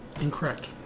incorrect